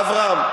אברהם,